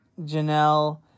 Janelle